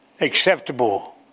acceptable